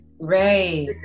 right